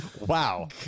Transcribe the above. Wow